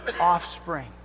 offspring